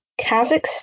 Kazakhstan